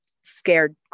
scared